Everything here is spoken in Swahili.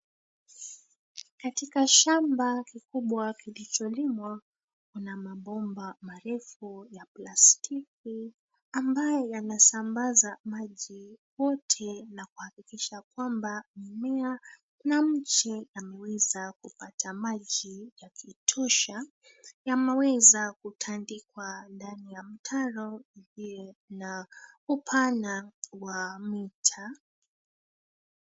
Katika shamba kikubwa kilicholimwa, kuna mabomba marefu ya plastiki ambayo yanasambaza maji kote na kuhakikisha kwamba, mmea na mche yameweza kupata maji ya yakitosha. Yameweza kutandikwa ndani ya mtaro iliye na upana wa metre .